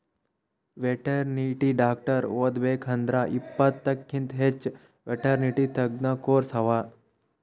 veterinary doctor ಓದಬೇಕ್ ಅಂದ್ರ ಇಪ್ಪತ್ತಕ್ಕಿಂತ್ ಹೆಚ್ಚ್ ವೆಟೆರ್ನಿಟಿ ತಜ್ಞ ಕೋರ್ಸ್ ಅವಾ